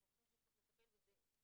אנחנו חושבים שצריך לטפל בזה.